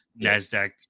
Nasdaq